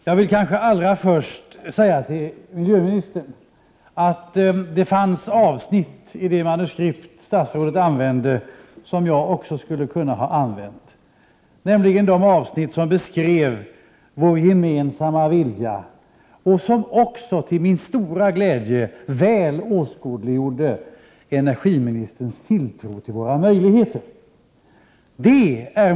Fru talman! Jag vill allra först till miljöministern säga att det fanns avsnitt i hennes manuskript som jag också skulle ha kunnat använda, nämligen de avsnitt som beskrev vår gemensamma vilja och som också, till min stora glädje, väl åskådliggjorde energiministerns tilltro till våra möjligheter.